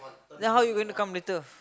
then how you going to come later